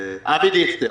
אבי דיכטר,